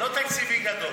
אבל לא חוק תקציבי גדול.